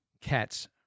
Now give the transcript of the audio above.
cats